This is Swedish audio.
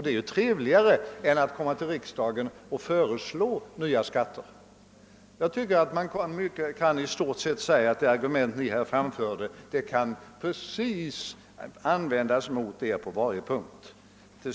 Det är trevligare än att gå till riksdagen och begära införande av nya eller höjda skatter. I stort sett tycker jag att man kan säga att samma argument som Ni nyss framförde mot värdesäkring kan användas mot Er på varje punkt.